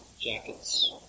jackets